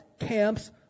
camps